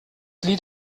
lied